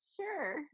sure